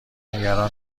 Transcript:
نگران